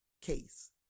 case